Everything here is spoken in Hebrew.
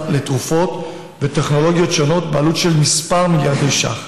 לתרופות וטכנולוגיות שונות בעלות של כמה מיליארדי ש"ח.